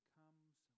comes